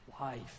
life